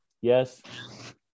Yes